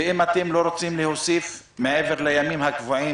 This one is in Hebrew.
ואם אתם לא רוצים להוסיף מעבר לימים הקבועים